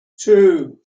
two